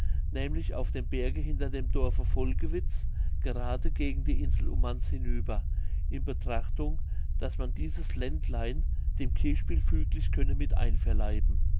nämlich auf dem berge hinter dem dorfe volgewitz gerade gegen die insel ummanz über in betrachtung daß man dieses ländlein dem kirchspiel füglich könne mit einverleiben